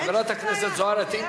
חברת הכנסת זוארץ,